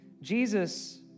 Jesus